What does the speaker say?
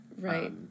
Right